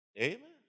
Amen